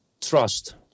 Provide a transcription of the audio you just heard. trust